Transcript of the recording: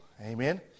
Amen